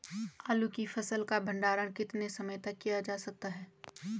आलू की फसल का भंडारण कितने समय तक किया जा सकता है?